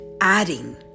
adding